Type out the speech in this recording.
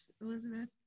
elizabeth